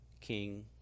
King